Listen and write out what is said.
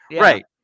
Right